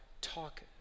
talk